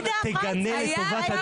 היה פוסט כזה.